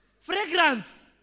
fragrance